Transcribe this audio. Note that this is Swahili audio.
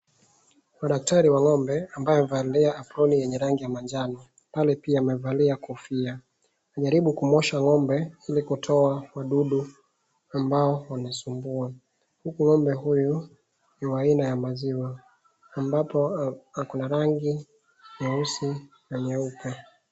Kuna daktari wa ng'ombe ambaye amevalia aproni yenye rangi ya majano pale pia amevalia kofia. Anajaribu kuosha ng'ombe ili kutoa wadudu ambao wanasumbua huku ng'ombe huyu ni wa aina ya maziwa ambapo ako na rangi nyeusi na nyeupe.